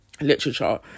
literature